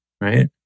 right